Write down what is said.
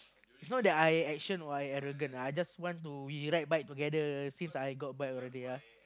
it's not that I action or arrogant lah I just want to we ride bike together since I got bike already ah